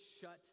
shut